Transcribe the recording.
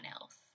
else